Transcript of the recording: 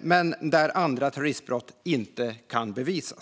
men där andra terroristbrott inte kan bevisas.